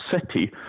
city